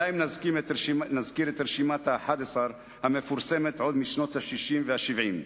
די אם נזכיר את רשימת ה-11 המפורסמת עוד משנות ה-60 וה-70.